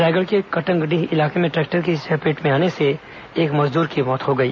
रायगढ़ के कटंगडीह इलाके में ट्रैक्टर की चपेट में आने से एक मजदूर की मौत हो गई